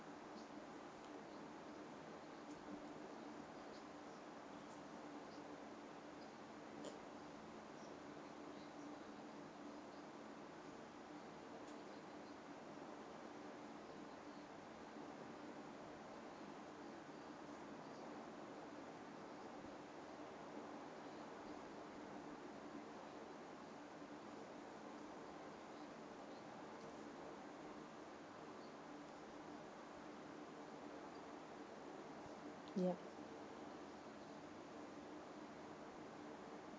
yup